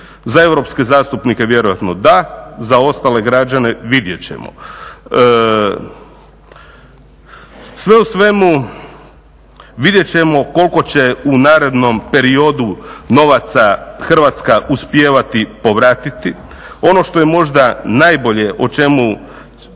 Za europske zastupnike vjerojatno da, za ostale građane vidjet ćemo. Sve u svemu vidjet ćemo koliko će u narednom periodu novaca Hrvatska uspijevati povratiti. Ono što je možda najbolje o čemu